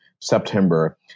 September